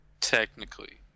Technically